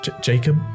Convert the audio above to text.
Jacob